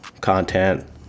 content